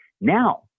now